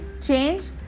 change